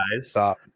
Stop